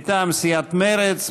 הצעת אי-אמון מטעם סיעת מרצ.